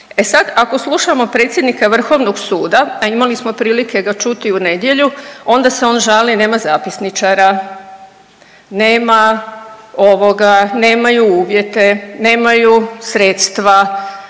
E sad, ako slušamo predsjednika Vrhovnog suda, a imali smo prilike ga čuti u nedjelju onda se on žali nema zapisničara, nemaju uvjete, nemaju sredstva.